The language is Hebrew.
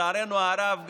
לצערנו הרב,